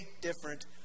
different